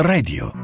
Radio